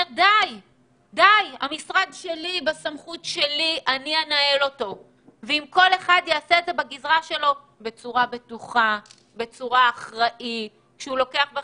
שכל אחד יעשה את זה בגזרה שלו בצורה בטוח ואחראית שלוקחת